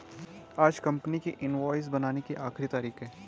आज कंपनी की इनवॉइस बनाने की आखिरी तारीख है